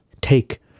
take